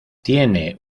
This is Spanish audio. tiene